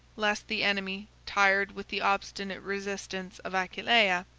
lest the enemy, tired with the obstinate resistance of aquileia,